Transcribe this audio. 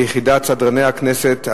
ליועץ המשפטי לכנסת,